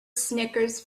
snickers